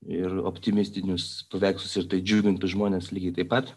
ir optimistinius paveikslus ir tai džiugintų žmones lygiai taip pat